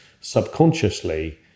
subconsciously